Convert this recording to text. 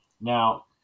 Now